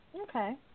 Okay